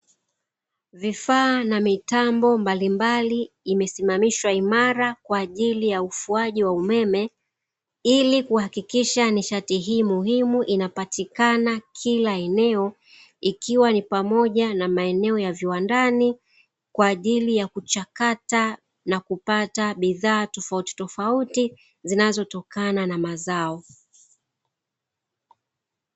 Vifaa na mitambo mbalimbali imesimamishwa imara kwa ajili ya ufuaji wa umeme ili kuhakikisha nishati hii muhimu inapatikana kila eneo ikiwa ni pamoja na maeneo ya viwandani kwa ajili ya kuchakata na kupata bidhaa tofauti tofauti zinazotokana na mazao.